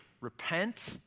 repent